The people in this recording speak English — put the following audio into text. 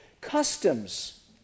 customs